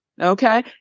Okay